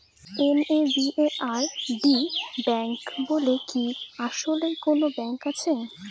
NABARD bank বলে কি আসলেই কোনো ব্যাংক আছে?